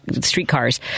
streetcars